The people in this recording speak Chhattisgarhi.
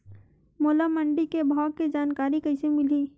मोला मंडी के भाव के जानकारी कइसे मिलही?